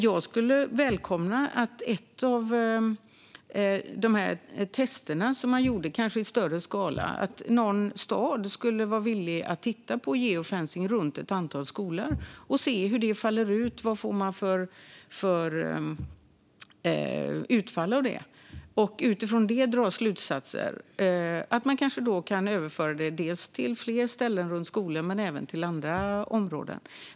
Jag skulle välkomna tester i större skala där kanske en stad skulle vara villig att titta på geofencing runt ett antal skolor och se hur det faller ut. Utifrån det kan man sedan dra slutsatser som man kanske sedan kan överföra till fler ställen runt skolor och även till andra områden.